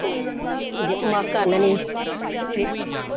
ओह् इ'यै मक्क आह्ननी